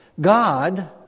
God